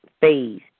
phase